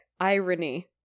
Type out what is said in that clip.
irony